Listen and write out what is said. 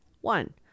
One